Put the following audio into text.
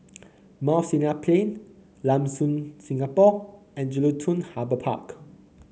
Mount Sinai Plain Lam Soon Singapore and Jelutung Harbour Park